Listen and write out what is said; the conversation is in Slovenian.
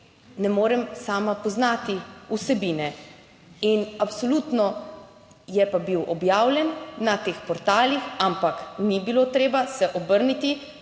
ne morem sama poznati vsebine. In absolutno je pa bil objavljen na teh portalih, ampak ni bilo treba se obrniti